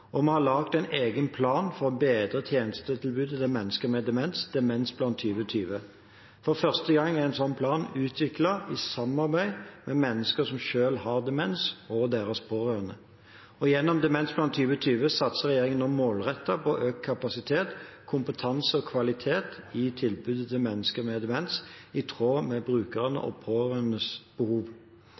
Vi har laget en egen plan for å bedre tjenestetilbudet til mennesker med demens – Demensplan 2020. For første gang er en slik plan utviklet i samarbeid med mennesker som selv har demens, og deres pårørende. Gjennom Demensplan 2020 satser regjeringen målrettet på økt kapasitet, kompetanse og kvalitet i tilbudet til mennesker med demens, i tråd med brukeres og pårørendes behov.